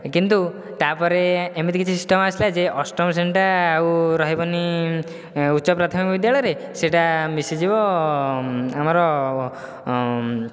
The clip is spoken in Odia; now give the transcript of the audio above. କିନ୍ତୁ ତାପରେ ଏମିତି କିଛି ସିଷ୍ଟମ ଆସିଲା ଯେ ଅଷ୍ଟମ ଶ୍ରେଣୀଟା ଆଉ ରହିବନି ଉଚ୍ଚ ପ୍ରାଥମିକ ବିଦ୍ୟାଳୟରେ ସେହିଟା ମିଶିଯିବ ଆମର